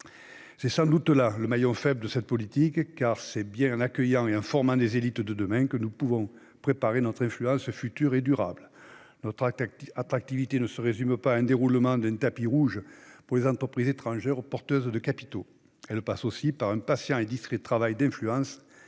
s'agit sans doute du maillon faible de cette politique, car c'est bien en accueillant et en formant les élites de demain que nous consoliderons notre influence future de manière durable. Notre attractivité ne se résume pas au déroulement d'un tapis rouge pour les entreprises étrangères porteuses de capitaux. Elle passe aussi par un patient et discret travail d'influence,